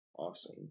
Awesome